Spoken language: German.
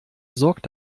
sorgt